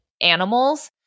animals